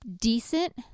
decent